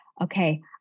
okay